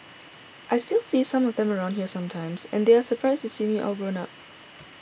I still see some of them around here sometimes and they are surprised to see me all grown up